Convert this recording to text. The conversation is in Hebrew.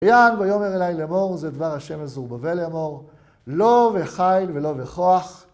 עיין ויאמר אלי לאמור זה דבר השם הזו בוא למור לא וחיל ולא וכוח